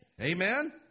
Amen